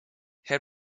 herr